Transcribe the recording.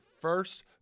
first